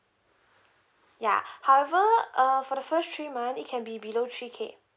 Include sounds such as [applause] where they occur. ya [breath] however uh for the first three month it can be below three K